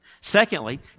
Secondly